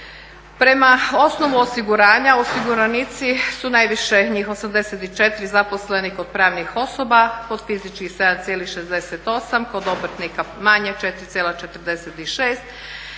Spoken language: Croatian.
Prema osnovu osiguranja osiguranici su najviše njih 84 zaposleni kod pravnih osoba. Kod fizičkih 7,68, kod obrtnika manje 4,46.